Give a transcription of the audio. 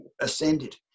ascended